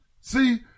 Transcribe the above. See